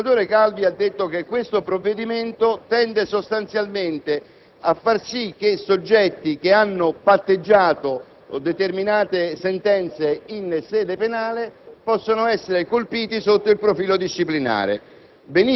il senatore Calvi ha detto che questo provvedimento tende sostanzialmente a far sì che i soggetti che hanno patteggiato determinate sentenze in sede penale possano essere colpiti sotto il profilo disciplinare.